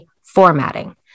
formatting